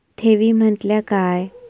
ठेवी म्हटल्या काय?